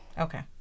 okay